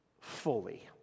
fully